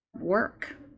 work